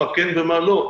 מה כן ומה לא.